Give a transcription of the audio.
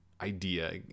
idea